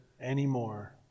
anymore